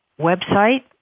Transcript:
website